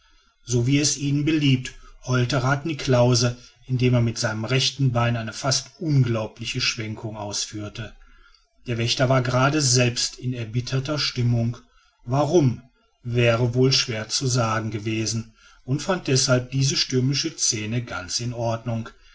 so wie es ihnen beliebt heulte rath niklausse indem er mit seinem rechten bein eine fast unglaubliche schwenkung ausführte der wächter war gerade selbst in erbitterter stimmung warum wäre wohl schwer zu sagen gewesen und fand deshalb diese stürmische scene ganz in der ordnung